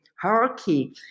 hierarchy